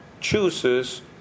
chooses